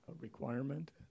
requirement